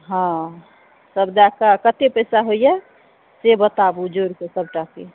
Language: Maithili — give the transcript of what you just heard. हँ सब दए कऽ कते पैसा होइया से बताबु जोड़िकऽ सबटाके